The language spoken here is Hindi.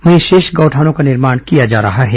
वहीं शेष गौठानों का निर्मोण किया जा रहा है